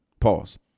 Pause